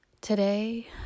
Today